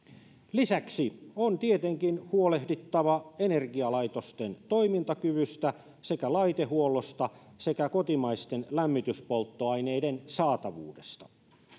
lisäksi on tietenkin huolehdittava energialaitosten toimintakyvystä sekä laitehuollosta sekä kotimaisten lämmityspolttoaineiden saatavuudesta